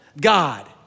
God